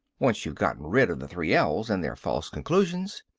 once you've gotten rid of the three l's and their false conclusions.